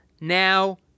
now